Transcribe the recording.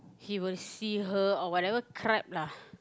he will see her or whatever crap lah